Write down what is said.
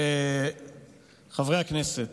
חברי הכנסת,